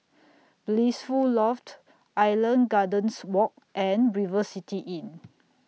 Blissful Loft Island Gardens Walk and River City Inn